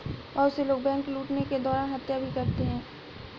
बहुत से लोग बैंक लूटने के दौरान हत्या भी करते हैं